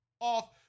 off